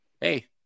hey